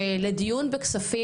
ולדיון בכספים,